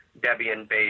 Debian-based